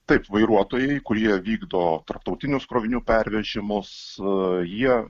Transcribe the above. taip vairuotojai kurie vykdo tarptautinius krovinių pervežimus jie